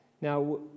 Now